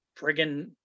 friggin